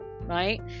right